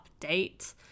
update